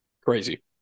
Crazy